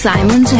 Simon